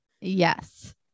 Yes